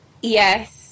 Yes